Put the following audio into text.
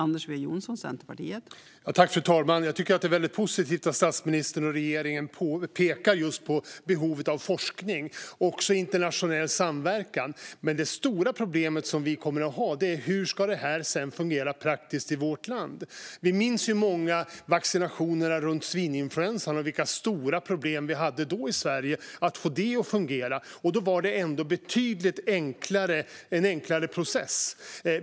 Fru talman! Jag tycker att det är väldigt positivt att statsministern och regeringen pekar just på behovet av forskning, också i internationell samverkan. Men det stora problemet som vi kommer att ha är hur det här sedan ska fungera praktiskt i vårt land. Vi är många som minns vaccinationerna mot svininfluensan och vilka stora problem vi hade då i Sverige att få det att fungera. Då var det ändå en betydligt enklare process.